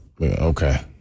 okay